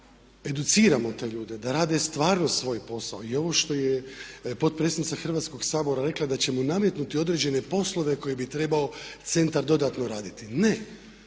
da educiramo te ljude da rade stvarno svoj posao i ovo što je potpredsjednica Hrvatskog sabora rekla da ćemo nametnuti određene poslove koje bi trebao centar dodatno raditi. Ne,